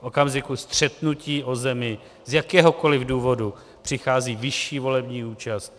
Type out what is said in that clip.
V okamžiku střetnutí o zemi z jakéhokoli důvodu přichází vyšší volební účast.